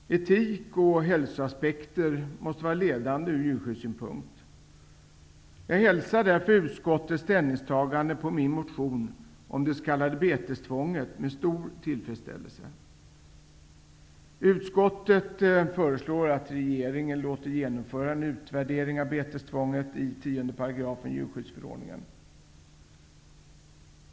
Etik och hälsoaspekter måste vara ledande ur djurskyddssynpunkt. Jag hälsar därför utskottets ställningstagande till min motion om det s.k. betestvånget med stor tillfredsställelse. Utskottet föreslår att regeringen låter genomföra en utvärdering av betestvånget i 10 § i djurskyddsförordningen.